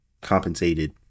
compensated